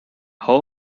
how